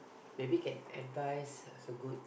maybe can advise also good